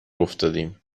افتادیم